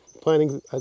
planting